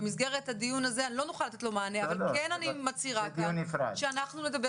במסגרת הדיון הזה לא נוכל לתת לו מענה אבל אני כן מצהירה כאן שאנחנו נדבר